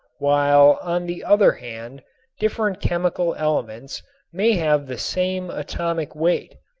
while on the other hand different chemical elements may have the same atomic weight.